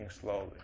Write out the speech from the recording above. slowly